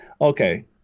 Okay